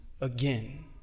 again